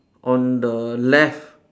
on the left